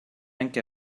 anche